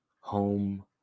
home